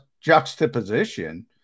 juxtaposition